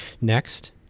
Next